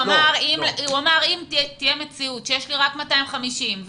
הוא אמר שאם תהיה מציאות שיש לו רק 250 מיליון שקלים